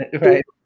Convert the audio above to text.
Right